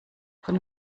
von